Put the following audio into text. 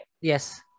Yes